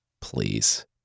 Please